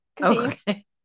Okay